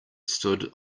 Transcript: stood